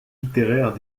littéraires